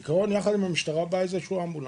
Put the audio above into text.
בעיקרון, ביחד עם המשטרה מגיע אמבולנס.